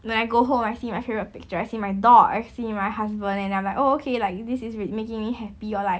when I go home I see my favourite picture I see my dog I've see my husband and then I'm like oh okay like this is making me happy or like